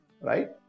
right